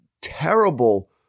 terrible